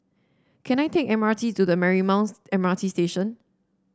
can I take M R T to the Marymount M R T Station